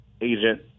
agent